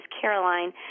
Caroline